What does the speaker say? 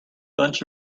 bunch